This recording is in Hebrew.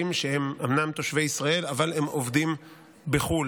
שהם אומנם תושבי ישראל אבל הם עובדים בחו"ל.